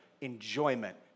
enjoyment